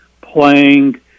playing